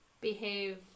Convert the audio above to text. behave